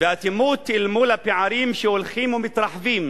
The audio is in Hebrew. ואטימות אל מול הפערים שהולכים ומתרחבים